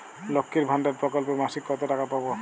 লক্ষ্মীর ভান্ডার প্রকল্পে মাসিক কত টাকা পাব?